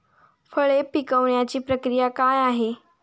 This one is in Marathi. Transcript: फळे पिकण्याची प्रक्रिया काय आहे?